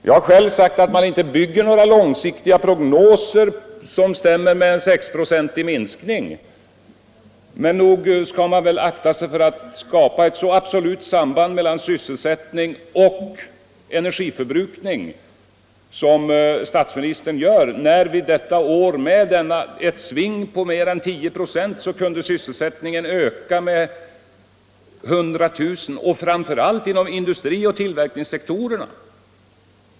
Jag har själv sagt att man inte bygger några långsiktiga prognoser som stämmer med en 6-procentig minskning, men nog skall man väl akta sig för att skapa ett så absolut samband mellan sysselsättning och energiförbrukning som statsministern gör, när vi detta år med ett sving på mer än 10 96 kunde öka sysselsättningen med 100 000 jobb i framför allt industrioch tillverkningssektorerna.